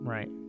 Right